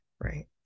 right